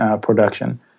production